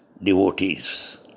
Devotees